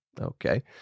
okay